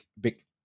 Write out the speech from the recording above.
big